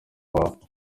wawe